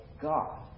God